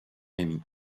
rémy